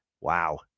Wow